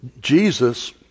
Jesus